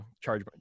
charge